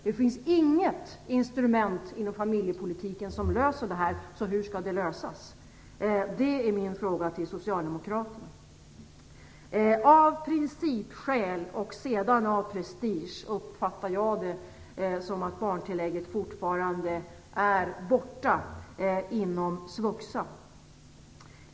Det finns inget instrument inom familjepolitiken som löser det här, så jag undrar hur det skall lösas. Det är min fråga till Socialdemokraterna. Jag uppfattar det så att barntillägget inom svuxa fortfarande är borta på grund av principskäl och sedan prestigeskäl.